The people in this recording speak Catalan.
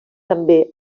també